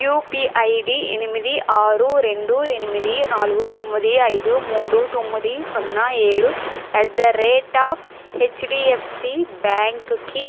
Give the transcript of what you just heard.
UPI ID ఎనిమిది ఆరు రెండు ఎనిమిది నాలుగు తొమ్మిది ఐదు మూడు తొమ్మిది సున్నా ఏడు at the rate of HDFC బ్యాంక్కి